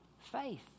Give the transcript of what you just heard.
faith